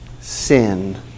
sin